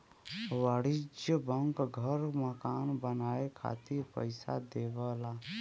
वाणिज्यिक बैंक घर मकान बनाये खातिर पइसा देवला